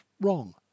wrong